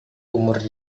umur